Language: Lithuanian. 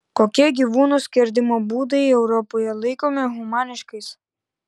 kokie gyvūnų skerdimo būdai europoje laikomi humaniškais